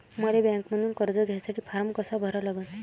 मले बँकेमंधून कर्ज घ्यासाठी फारम कसा भरा लागन?